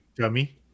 dummy